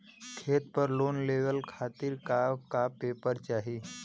खेत पर लोन लेवल खातिर का का पेपर चाही?